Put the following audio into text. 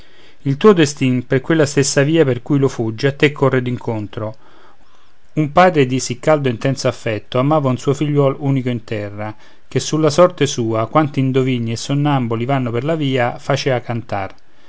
il tuo destin per quella stessa via per cui lo fuggi a te corre d'incontro un padre di sì caldo e intenso affetto amava un suo figliuol unico in terra che sulla sorte sua quanti indovini e sonnambuli vanno per la via facea cantar